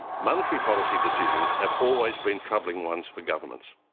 monetary policy decisions have always been troubling ones for governments.